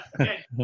Okay